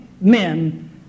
men